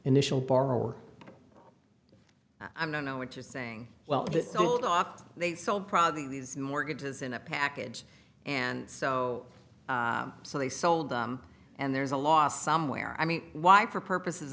initial borrower i know what you're saying well they sold probably these mortgages in a package and so so they sold them and there's a loss somewhere i mean why for purposes